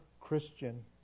Christian